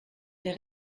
der